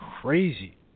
Crazy